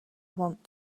want